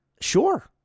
Sure